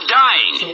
dying